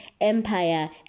empire